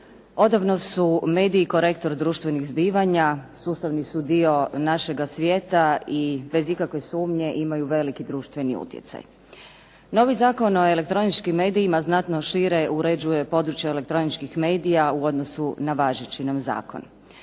Odavno su mediji korektor društvenih zbivanja, sustavni su dio našega svijeta i bez ikakve sumnje imaju veliki društveni utjecaj. Novi Zakon o elektroničkim medijima znatno šire uređuje područje elektroničkih medija u odnosu na važeći nam zakon.